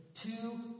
two